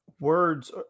words